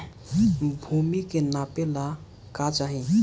भूमि के नापेला का चाही?